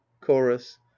chorus